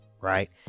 right